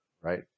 right